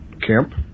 camp